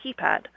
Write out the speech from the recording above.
keypad